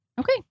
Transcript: Okay